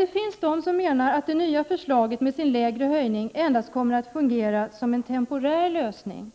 Det finns de som menar att det nya förslaget om en lägre höjning endast kommer att fungera som en temporär lösning,